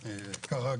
בבקשה.